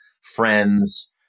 friends